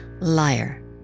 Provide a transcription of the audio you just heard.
liar